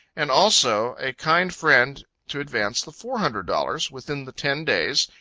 and also a kind friend to advance the four hundred dollars, within the ten days,